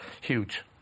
Huge